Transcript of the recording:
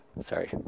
sorry